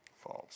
False